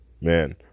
Man